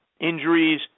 Injuries